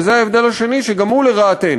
וזה ההבדל השני, שגם הוא לרעתנו.